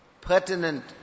pertinent